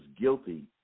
guilty